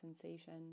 sensation